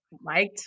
liked